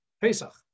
Pesach